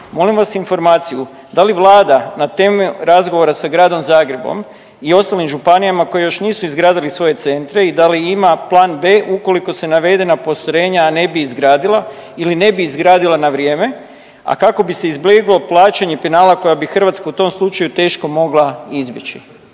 molim vas informaciju, da li Vlada na temelju razgovora sa Gradom Zagrebom i ostalim županijama koji još nisu izgradili svoje centre da li ima plan B ukoliko se navedena postrojenja ne bi izgradila ili ne bi izgradila na vrijeme, a kako bi se izbjeglo plaćanje penala koja bi Hrvatsku u tom slučaju teško mogla izbjeći?